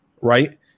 right